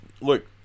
look